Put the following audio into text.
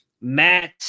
Matt